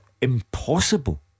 impossible